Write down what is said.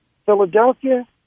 philadelphia